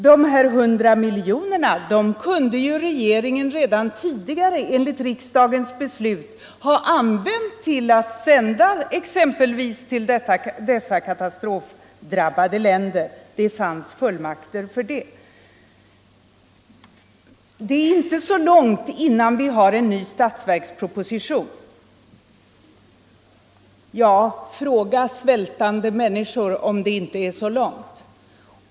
De här 100 miljonerna kunde ju regeringen redan tidigare enligt riksdagens beslut ha använt till att ge en extra hjälp exempelvis till dessa katastrofdrabbade länder. Det fanns fullmakter för det. ”Det är inte så långt innan vi har en ny statsverksproposition” , säger herr Geijer. Ja, fråga svältande människor om det inte är så långt.